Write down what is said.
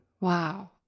Wow